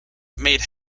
made